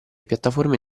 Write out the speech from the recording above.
piattaforme